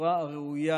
בצורה הראויה,